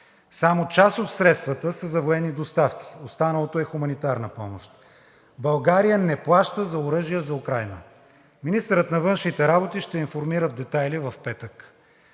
Само част от средствата са за военни доставки, останалото е хуманитарна помощ. България не плаща за оръжия за Украйна! Министърът на външните работи ще ни информира в детайли в петък.